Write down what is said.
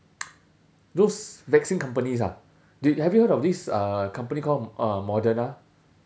those vaccine companies ah do you have you heard of this uh company called uh moderna